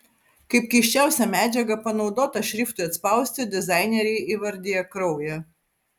kaip keisčiausią medžiagą panaudotą šriftui atspausti dizaineriai įvardija kraują